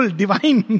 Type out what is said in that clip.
divine